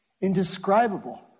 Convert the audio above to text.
Indescribable